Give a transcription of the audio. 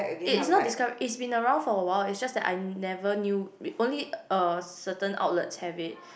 it is not disco~ it's been around for a while it's just that I never knew only uh certain outlets have it